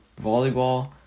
volleyball